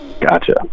Gotcha